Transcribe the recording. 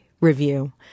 review